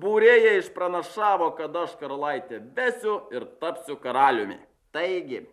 būrėja išpranašavo kad aš karalaitę vesiu ir tapsiu karaliumi taigi